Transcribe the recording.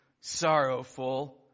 sorrowful